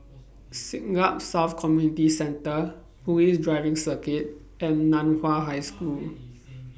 Siglap South Community Centre Police Driving Circuit and NAN Hua High School